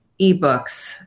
ebooks